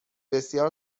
بسیار